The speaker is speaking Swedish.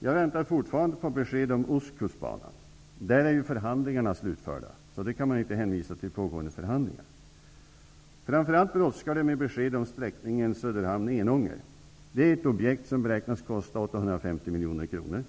Jag väntar fortfarande på besked om ostkustbanan. Där är förhandlingarna slutförda, och i det fallet kan man inte hänvisa till pågående förhandlingar. Framför allt brådskar det med besked om sträckningen Söderhamn--Enånger. Det är ett objekt som beräknas kosta 850 miljoner kronor.